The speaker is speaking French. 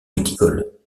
viticoles